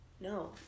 No